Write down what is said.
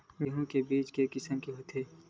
गेहूं के बीज के किसम के होथे?